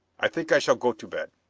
i think i shall go to bed.